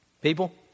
People